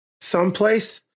someplace